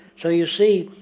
so you see,